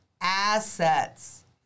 assets